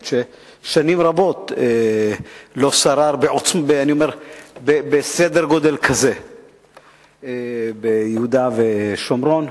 ששנים רבות לא שרר בסדר-גודל כזה ביהודה ושומרון.